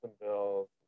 Bills